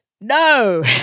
no